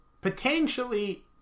Potentially